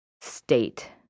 state